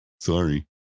sorry